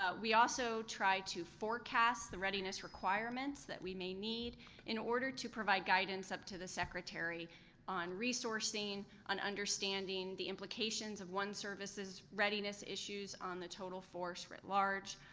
ah we also try to forecast the readiness requirements that we may need in order to provide guidance up to the secretary on resourcing, on understanding the implications of one service's readiness issues on the total force writ large.